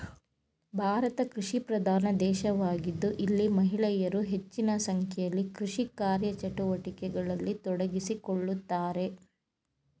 ಭಾರತ ಕೃಷಿಪ್ರಧಾನ ದೇಶವಾಗಿದ್ದು ಇಲ್ಲಿ ಮಹಿಳೆಯರು ಹೆಚ್ಚಿನ ಸಂಖ್ಯೆಯಲ್ಲಿ ಕೃಷಿ ಕಾರ್ಯಚಟುವಟಿಕೆಗಳಲ್ಲಿ ತೊಡಗಿಸಿಕೊಳ್ಳುತ್ತಾರೆ